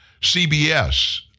CBS